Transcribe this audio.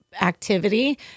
Activity